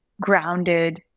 grounded